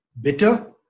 bitter